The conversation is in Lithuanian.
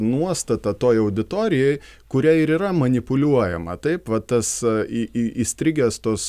nuostatą toj auditorijoj kuria ir yra manipuliuojama taip va tas į į įstrigęs tos